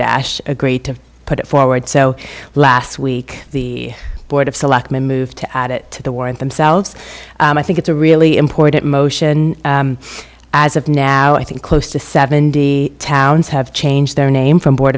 dash agreed to put it forward so last week the board of selectmen moved to add it to the warrant themselves and i think it's a really important motion as of now i think close to seventy towns have changed their name from board